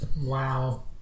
wow